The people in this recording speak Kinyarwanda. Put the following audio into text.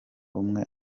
umwe